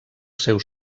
seu